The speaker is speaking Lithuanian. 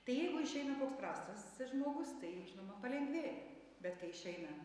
tai jeigu išeina koks prastas žmogus tai žinoma palengvėja bet kai išeina